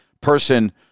person